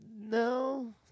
No